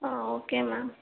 okay ma'am